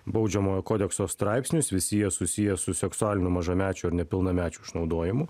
baudžiamojo kodekso straipsnius visi jie susiję su seksualinių mažamečio ir nepilnamečių išnaudojimu